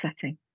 setting